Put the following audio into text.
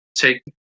take